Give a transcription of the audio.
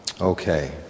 Okay